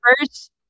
first